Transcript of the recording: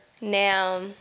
Now